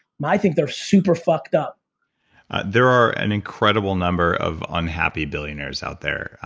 i think they're super fucked up there are an incredible number of unhappy billionaires out there.